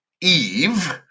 Eve